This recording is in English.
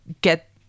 get